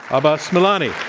abbas milani.